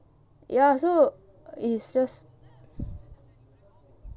ya so it's just